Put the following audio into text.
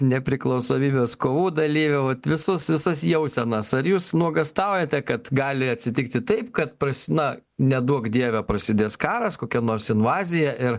nepriklausomybės kovų dalyvio vat visus visus jausenas ar jūs nuogąstaujate kad gali atsitikti taip kad pras na neduok dieve prasidės karas kokia nors invazija ir